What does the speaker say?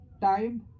time